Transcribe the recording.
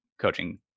coaching